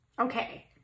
okay